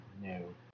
new